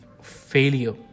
failure